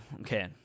okay